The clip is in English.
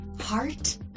heart